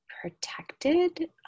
protected